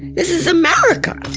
this is america